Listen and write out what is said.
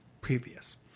previous